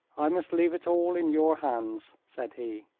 i must leave it all in your hands, said he.